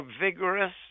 vigorous